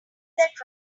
that